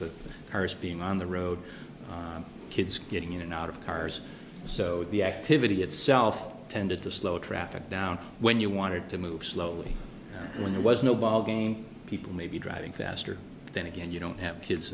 the cars being on the road kids getting in and out of cars so the activity itself tended to slow traffic down when you wanted to move slowly when there was no ballgame people maybe driving faster then again you don't have kids